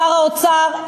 שר האוצר,